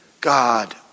God